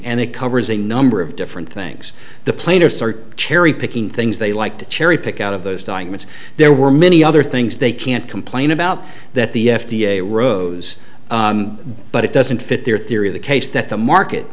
and it covers a number of different things the plaintiffs are cherry picking things they like to cherry pick out of those documents there were many other things they can't complain about that the f d a rose but it doesn't fit their theory of the case that the market